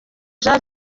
jean